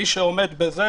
מי שעומד בזה,